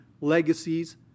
legacies